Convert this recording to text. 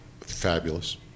fabulous